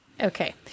Okay